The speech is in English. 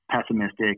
pessimistic